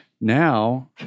Now